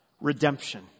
Redemption